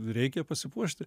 reikia pasipuošti